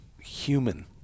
human